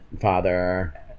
father